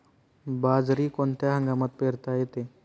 बाजरी कोणत्या हंगामात पेरता येते?